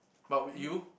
but would you